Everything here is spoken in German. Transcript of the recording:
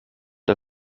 der